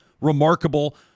remarkable